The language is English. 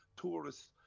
tourists